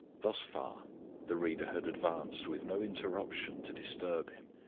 thus far the reader had advanced with no interruption to disturb him.